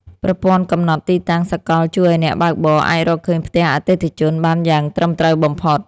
ប្រព័ន្ធកំណត់ទីតាំងសកលជួយឱ្យអ្នកបើកបរអាចរកឃើញផ្ទះអតិថិជនបានយ៉ាងត្រឹមត្រូវបំផុត។